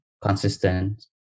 consistent